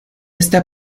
esta